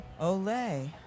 Olay